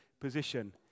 position